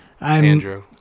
Andrew